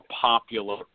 popular